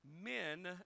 men